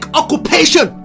occupation